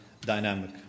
dynamic